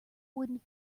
wooden